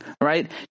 right